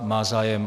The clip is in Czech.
Má zájem?